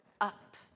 up